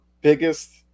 biggest